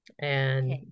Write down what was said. And-